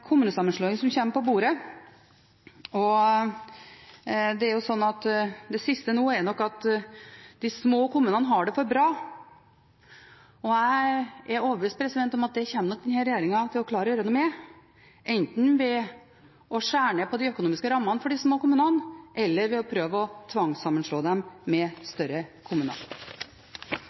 kommunesammenslåing som kommer på bordet, og det siste nå er nok at de små kommunene har det for bra. Jeg er overbevist om at det kommer nok denne regjeringen til å klare å gjøre noe med – enten ved å skjære ned på de økonomiske rammene for de små kommunene eller ved å prøve å tvangssammenslå dem med